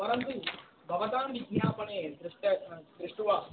परन्तु भवतां विज्ञापने दृष्ट दृष्ट्वा